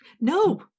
No